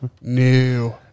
New